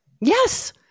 Yes